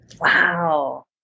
Wow